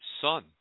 son